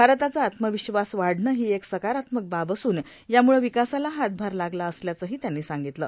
भारताचा आत्मविश्वास वाढणं ही एक सकारात्मक बाब असून यामूळं विकासाला हातभार लागला असल्याचंही त्यांनी सांगितलं